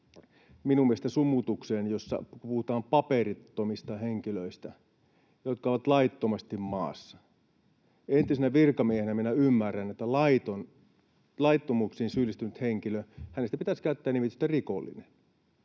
minun mielestäni, sumutukseen, jossa puhutaan paperittomista henkilöistä, jotka ovat laittomasti maassa. Entisenä virkamiehenä minä ymmärrän, että laittomuuksiin syyllistyneestä henkilöstä pitäisi käyttää nimitystä rikollinen.